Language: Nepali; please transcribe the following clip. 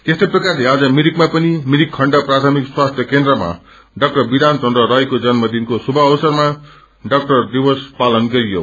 यस्तै प्रकारले आज मिरिकमा पनि मिरिक खण्ड प्राथमिक स्वास्थ्य केन्द्रमा डाक्टर विधानचन्द्र रायक्रे जन्मदिनको श्रुष अवसरमा डाक्टर्स दिवस पालन गरियो